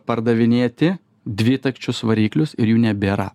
pardavinėti dvitakčius variklius ir jų nebėra